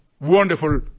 wonderful